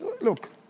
Look